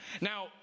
now